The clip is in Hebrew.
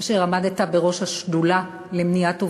כאשר עמדת בראש השדולה למניעת אובדנות,